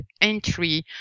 entry